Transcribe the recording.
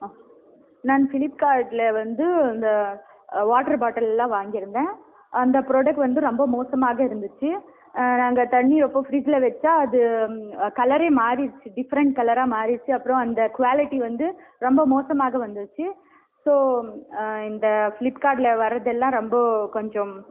ஆ நான் ஃபிலிப்கார்ட்டில் வந்து இந்த வாட்ரு பாட்டிலெல்லாம் வாங்கியிருந்தேன் அந்த ப்ரோடக்ட் வந்து ரொம்ப மோசமாக இருந்துச்சு நாங்கள் தண்ணி ரொப்பி ஃப்ரிட்ஜ்ஜில் வைச்சா அது கலரே மாறிடுச்சி டிஃபரென்ட் கலராக மாறிடுச்சி அப்புறம் அந்த குவாலிட்டி வந்து ரொம்ப மோசமாக வந்துச்சு ஸோ இந்த ஃப்லிப்கார்ட் வரதெல்லாம் ரொம்ப கொஞ்சம்